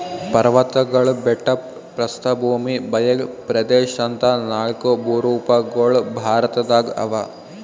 ಪರ್ವತ್ಗಳು ಬೆಟ್ಟ ಪ್ರಸ್ಥಭೂಮಿ ಬಯಲ್ ಪ್ರದೇಶ್ ಅಂತಾ ನಾಲ್ಕ್ ಭೂರೂಪಗೊಳ್ ಭಾರತದಾಗ್ ಅವಾ